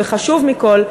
וחשוב מכול,